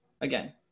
Again